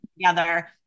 together